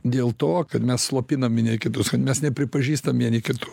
dėl to kad mes slopinam vieni kitus kad mes nepripažįstam vieni kitų